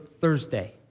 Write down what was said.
Thursday